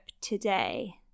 today